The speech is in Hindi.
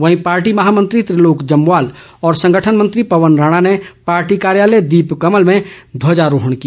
वहीं पार्टी महामंत्री त्रिलोक जमवाल और संगठन मंत्री पवन राणा ने पार्टी कार्यालय दीपकमल में ध्वजारोहण किया